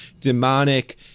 demonic—